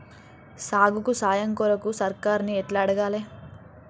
సాగుకు సాయం కొరకు సర్కారుని ఎట్ల అడగాలే?